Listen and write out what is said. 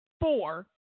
four